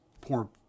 poor